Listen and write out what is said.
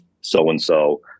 so-and-so